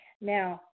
Now